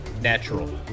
natural